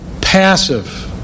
passive